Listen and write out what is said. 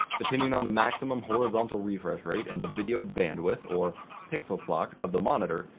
depending on the maximum horizontal refresh rate and the video bandwidth, or pixel clock, of the monitor,